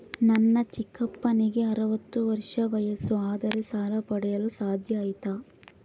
ನನ್ನ ಚಿಕ್ಕಪ್ಪನಿಗೆ ಅರವತ್ತು ವರ್ಷ ವಯಸ್ಸು ಆದರೆ ಸಾಲ ಪಡೆಯಲು ಸಾಧ್ಯ ಐತಾ?